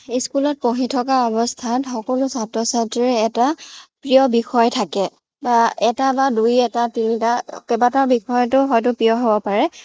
স্কুলত পঢ়ি থকা অৱস্থাত সকলো ছাত্ৰ ছাত্ৰীৰে এটা প্ৰিয় বিষয় থাকে বা এটা বা দুই এটা তিনিটা কেইবাটাও বিষয়তো হয়তো প্ৰিয় হ'ব পাৰে